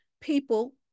people